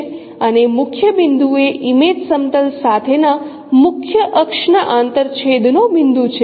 અને મુખ્ય બિંદુ એ ઇમેજ સમતલ સાથેના મુખ્ય અક્ષના આંતરછેદનો બિંદુ છે